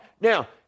Now